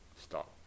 stop